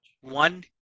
One